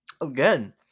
Again